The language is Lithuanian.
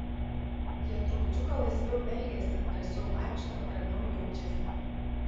jie trupučiuką laisviau elgiasi drąsiau vaikšto ramiau jaučiasi